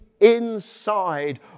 inside